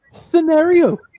scenario